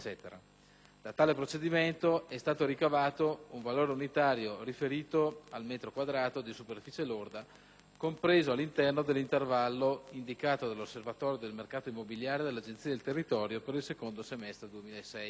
Da tale procedimento è stato ricavato un valore unitario riferito al metro quadro di superficie lorda compreso all'interno dell'intervallo indicato dall'Osservatorio del mercato immobiliare dell'Agenzia del territorio per il secondo semestre 2006.